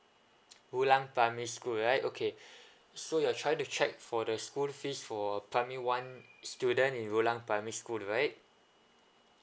rulang primary school right okay so you're trying to check for the school fees for primary one student in rulang primary school right